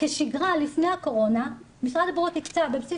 כשגרה לפני הקורונה משרד הבריאות הקצה בבסיס